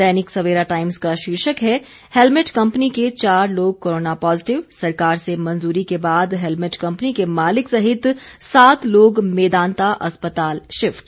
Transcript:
दैनिक Savera Times का शीर्षक है हेल्मेट कम्पनी के चार लोग कोरोना पॉजिटिव सरकार से मंजूरी के बाद हेल्मेट कम्पनी के मालिक सहित सात लोग मेदांता अस्पताल शिफ्ट